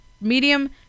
Medium